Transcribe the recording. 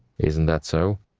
isn't that so?